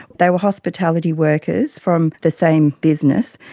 they were hospitality workers from the same business.